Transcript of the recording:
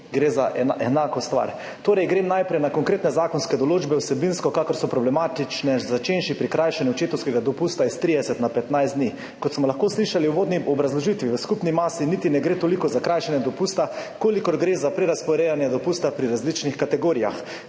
gre za enako stvar: »Torej, grem najprej na konkretne zakonske določbe, vsebinsko, kakor so problematične, začenši pri krajšanju očetovskega dopusta iz 30 na 15 dni. Kot smo lahko slišali v uvodni obrazložitvi, v skupni masi niti ne gre toliko za krajšanje dopusta, kolikor gre za prerazporejanje dopusta po različnih kategorijah,